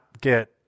get